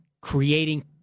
creating